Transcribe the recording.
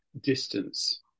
distance